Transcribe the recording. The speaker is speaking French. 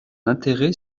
intérêt